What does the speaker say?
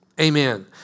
Amen